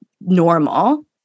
normal